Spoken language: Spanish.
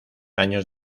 años